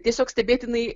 tiesiog stebėtinai